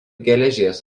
geležies